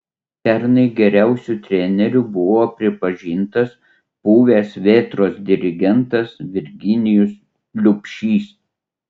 pernai geriausiu treneriu buvo pripažintas buvęs vėtros dirigentas virginijus liubšys